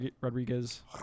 Rodriguez